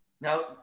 Now